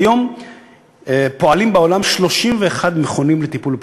כיום פועלים בעולם 31 מכונים לטיפול בפרוטונים,